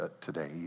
today